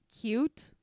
cute